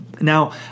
Now